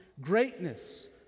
greatness